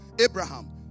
Abraham